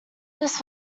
this